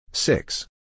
Six